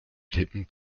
tippen